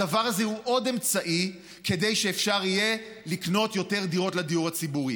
הדבר הזה הוא עוד אמצעי כדי שאפשר יהיה לקנות יותר דירות לדיור הציבורי,